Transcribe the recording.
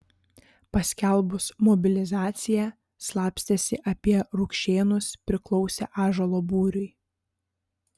paskelbus mobilizaciją slapstėsi apie rukšėnus priklausė ąžuolo būriui